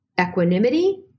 equanimity